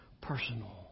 personal